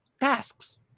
tasks